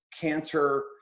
cancer